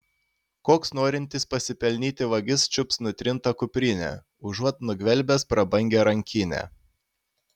koks norintis pasipelnyti vagis čiups nutrintą kuprinę užuot nugvelbęs prabangią rankinę